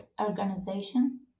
organization